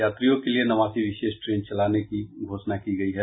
यात्रियों के लिए नवासी विशेष ट्रेन चलाने की घोषणा की गयी है